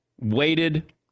waited